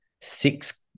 six